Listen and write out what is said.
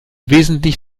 wesentlich